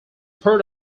part